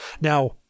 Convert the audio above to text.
Now